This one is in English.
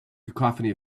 cacophony